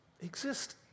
exist